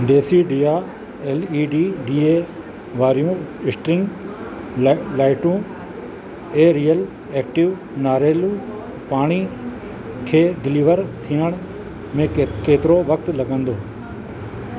डेसिडिया L E D डीए वारियूं string ल लाइटूं ऐं रियल एक्टिव नारेल पाणी खे डिलीवर थियण में के केतिरो वक़्तु लॻंदो